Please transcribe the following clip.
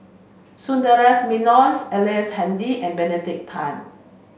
Sundaresh Menon Ellice Handy and Benedict Tan